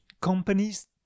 companies